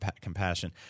compassion